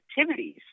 activities